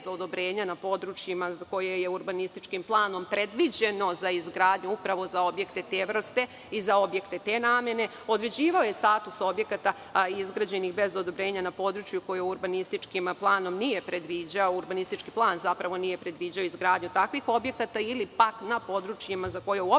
na područjima koja su urbanističkim planom predviđena za izgradnju, upravo za objekte te vrste i za objekte te namene i određivao je status objekata izgrađenih bez odobrenja na područjima koje urbanistički plan nije predviđao ili pak na područjima za koje uopšte